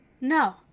No